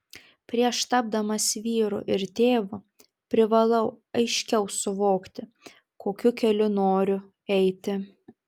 prieš tapdamas vyru ir tėvu privalau aiškiau suvokti kokiu keliu noriu eiti